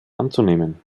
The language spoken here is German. anzunehmen